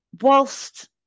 whilst